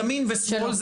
ימין ושמאל,